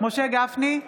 משה גפני,